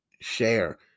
share